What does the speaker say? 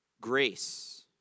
grace